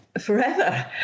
forever